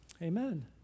Amen